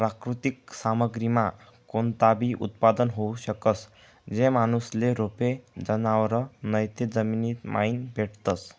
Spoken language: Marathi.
प्राकृतिक सामग्रीमा कोणताबी उत्पादन होऊ शकस, जे माणूसले रोपे, जनावरं नैते जमीनमाईन भेटतस